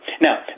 Now